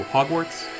Hogwarts